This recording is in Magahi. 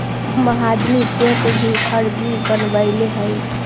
उ महाजनी चेक भी फर्जी बनवैले हइ